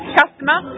customer